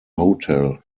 hotel